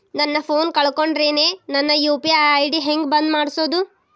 ನನ್ನ ಫೋನ್ ಕಳಕೊಂಡೆನ್ರೇ ನನ್ ಯು.ಪಿ.ಐ ಐ.ಡಿ ಹೆಂಗ್ ಬಂದ್ ಮಾಡ್ಸೋದು?